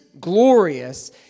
glorious